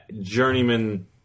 journeyman